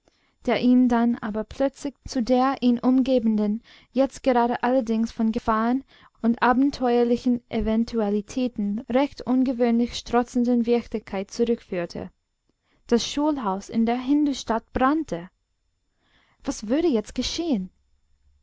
der ihn dann aber plötzlich zu der ihn umgebenden jetzt gerade allerdings von gefahren und abenteuerlichen eventualitäten recht ungewöhnlich strotzenden wirklichkeit zurückführte das schulhaus in der hindustadt brannte was würde jetzt geschehen